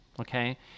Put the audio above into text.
Okay